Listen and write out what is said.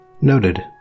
Noted